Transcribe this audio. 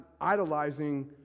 idolizing